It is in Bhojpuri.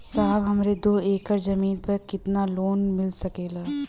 साहब हमरे दो एकड़ जमीन पर कितनालोन मिल सकेला?